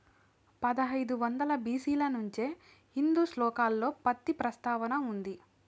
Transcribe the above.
పదహైదు వందల బి.సి ల నుంచే హిందూ శ్లోకాలలో పత్తి ప్రస్తావన ఉంది